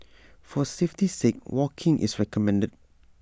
for safety's sake walking is recommended